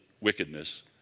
wickedness